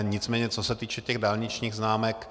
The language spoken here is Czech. Nicméně co se týče těch dálničních známek.